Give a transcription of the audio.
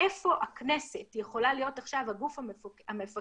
איפה הכנסת יכולה להיות עכשיו הגוף המפקח,